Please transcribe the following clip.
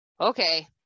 okay